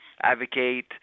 advocate